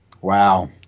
Wow